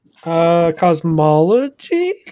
Cosmology